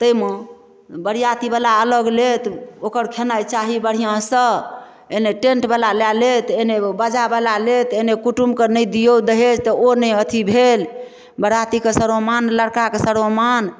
ताहिमे बरीआती बला अलग लेत ओकर खेनाइ चाही बढ़िआँसँ एने टेन्ट बला लए लेत एने बाजा बला लेत एने कुटुम्बके नहि दिऔ दहेज तऽ ओ नै नहि अथि भेल बराती कऽ सरोमान लड़काके सरोमान